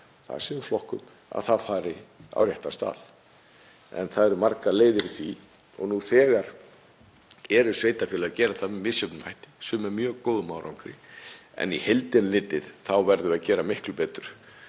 það sem við flokkum fari á réttan stað. En það eru margar leiðir í því og nú þegar eru sveitarfélög að gera það með misjöfnum hætti, sum með mjög góðum árangri. En í heildina litið þá verðum við að gera miklu betur.